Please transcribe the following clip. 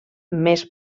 més